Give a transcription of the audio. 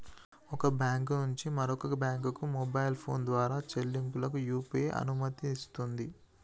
ఒక బ్యాంకు నుంచి మరొక బ్యాంకుకు మొబైల్ ఫోన్ ద్వారా చెల్లింపులకు యూ.పీ.ఐ అనుమతినిస్తుంది